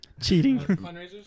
Cheating